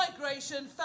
migration